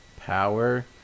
power